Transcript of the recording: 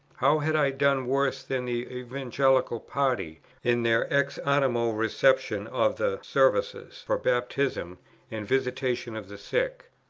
how had i done worse, than the evangelical party in their ex animo reception of the services for baptism and visitation of the sick